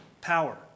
power